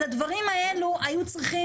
בסדר,